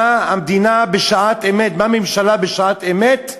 מה המדינה, בשעת אמת,